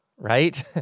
right